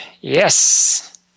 yes